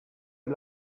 you